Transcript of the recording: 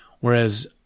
whereas